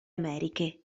americhe